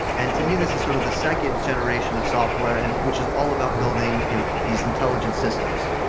and to me this is sort of the second generation of software, and which is all about building you know these intelligence systems.